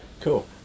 Cool